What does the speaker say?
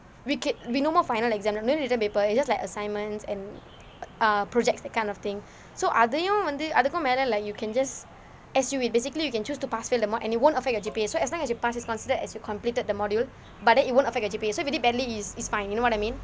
we can we no more final exam no more exam paper it's just like assignments and err projects that kind of thing so அதையும் வந்து அதுக்கும் மேல:athayum vanthu athukkum mela like you can just S_U it basically you can choose to pass fail the module and it won't affect your G_P_A so as long as you pass it's considered as you completed the module but then it won't affect your G_P_A so if you do badly it's fine you know what I mean